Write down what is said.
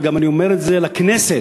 ואני אומר את זה גם לכנסת,